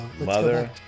Mother